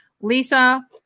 Lisa